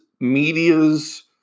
media's